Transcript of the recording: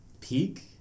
peak